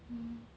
mm